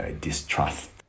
distrust